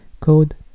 Code